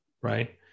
Right